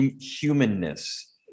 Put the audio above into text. humanness